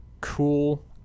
cool